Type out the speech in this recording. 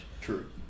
True